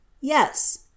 Yes